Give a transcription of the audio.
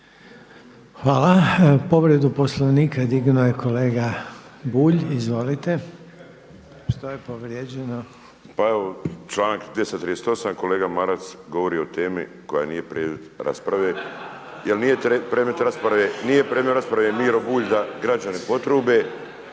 Hvala. Povredu Poslovnika dignuo je kolega Bulj. Izvolite. **Bulj, Miro (MOST)** Članak 238. kolega Maras govori o temi koja nije predmet rasprave jer nije predmet rasprave Miro Bulj da građani potrube,